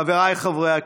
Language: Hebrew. חבריי חברי הכנסת,